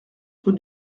rue